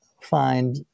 find